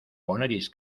honoris